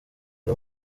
ari